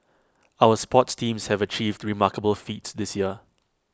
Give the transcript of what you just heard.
our sports teams have achieved remarkable feats this year